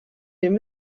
den